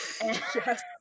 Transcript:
Yes